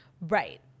Right